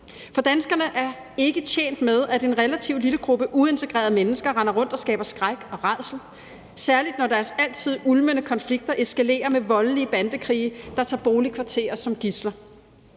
For danskerne er ikke tjent med, at en relativt lille gruppe uintegrerede mennesker render rundt og skaber skræk og rædsel, særligt når deres altid ulmende konflikter eskalerer med voldelige bandekrige, der tager boligkvarterer som gidsler.